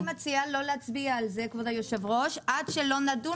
אני מציעה לא להצביע על זה עד שלא נדון